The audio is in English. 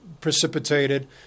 precipitated